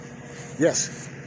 Yes